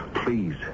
Please